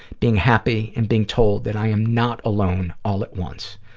being happy in being told that i am not alone all at once.